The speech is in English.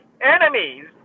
enemies